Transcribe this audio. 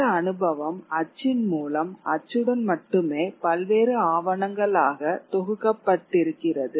இந்த அனுபவம் அச்சின் மூலம் அச்சுடன் மட்டுமே பல்வேறு ஆவணங்களாக தொகுக்கப்பட்டிருக்கிறது